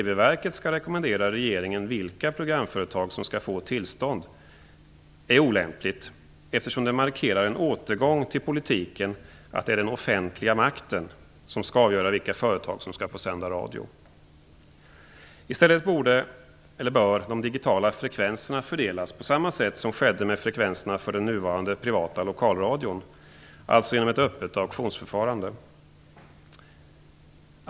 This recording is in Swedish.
verket skall rekommendera regeringen vilka programföretag som skall få tillstånd är olämpligt, eftersom det markerar en återgång till politiken att det är den offentliga makten som skall avgöra vilka företag som skall få sända radio. I stället bör de digitala frekvenserna fördelas på samma sätt som skedde med frekvenserna för den nuvarande privata lokalradion, dvs. genom ett öppet auktionsförfarande.